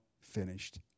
finished